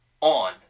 on